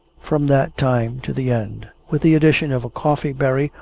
from that time to the end with the addition of a coffee-berry,